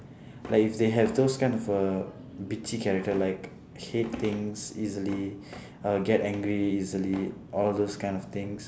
like if they have those kind of a bitchy character like hate things easily or get angry easily all those kind of things